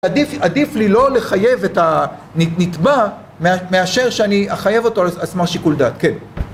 עדיף עדיף לי לא לחייב את הנתבע מאשר שאני אחייב אותו על סמך שיקול דעת, כן.